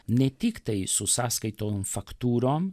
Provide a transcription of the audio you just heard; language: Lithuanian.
ne tiktai su sąskaitom faktūrom